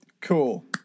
cool